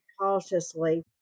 cautiously